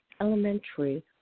elementary